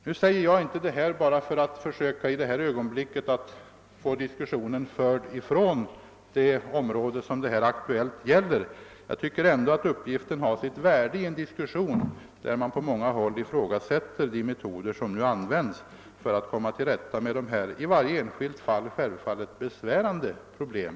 Jag säger inte detta bara för att i det här ögonblicket försöka föra diskussionen ifrån det område som den just nu gäller. Men jag tycker uppgiften har silt värde i en diskussion, där man på många håll ifrågasätter de metoder som nu används för att komma till rätta med dessa i varje enskilt fall självfallet besvärande problem.